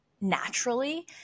naturally